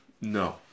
No